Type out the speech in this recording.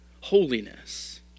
Holiness